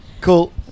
Cool